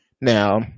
now